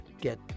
get